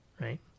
right